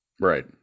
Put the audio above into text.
Right